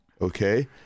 Okay